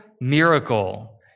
miracle